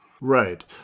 Right